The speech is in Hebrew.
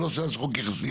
זה לא שאלה של חוק יסוד,